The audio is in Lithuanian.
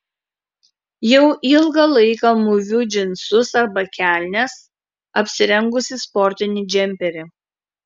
jau ilgą laiką mūviu džinsus arba kelnes apsirengusi sportinį džemperį